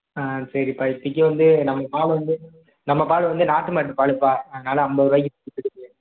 ஆ சரிப்பா இப்போத்திக்கி வந்து நம்ம பால் வந்து நம்ம பால் வந்து நாட்டு மாட்டுப் பாலுப்பா அதனால் ஐம்பது ரூபாய்க்கி விற்றுட்டுருக்கு